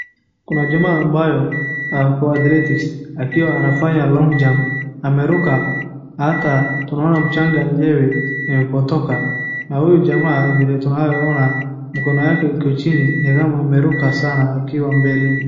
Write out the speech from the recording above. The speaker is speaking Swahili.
Kuna jamaa ambayo ako athletics akiwa anafanya long jump . Ameruka ata tunaona mchanga yenyewe inapotoka. Na huu jamaa na vile tunavyoona mkono yake iko chini ni kama ameruka sana akiwa mbeleni.